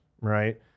Right